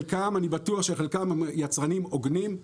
אני בטוח שחלקם יצרנים הוגנים.